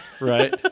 right